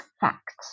facts